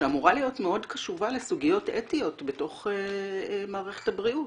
שאמורה להיות מאוד קשובה לסוגיות האתיות בתוך מערכת הבריאות.